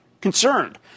concerned